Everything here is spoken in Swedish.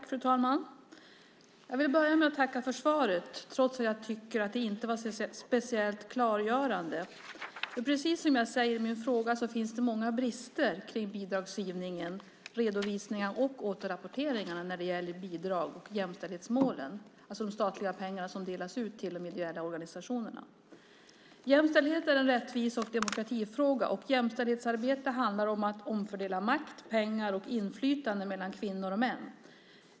Fru talman! Jag vill börja med att tacka för svaret trots att jag inte tycker att det var speciellt klargörande. Precis som jag säger i min fråga finns det många brister kring bidragsgivningen. Det handlar om redovisningar och återrapporteringar när det gäller bidrag och jämställdhetsmålen. Det gäller alltså de statliga pengar som delas ut till de ideella organisationerna. Jämställdhet är en rättvise och demokratifråga. Jämställdhetsarbete handlar om att omfördela makt, pengar och inflytande mellan kvinnor och män.